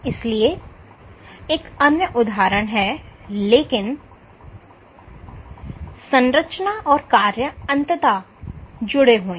इसलिए एक अन्य उदाहरण है लेकिन संरचना और कार्य अंततजुड़े हुए हैं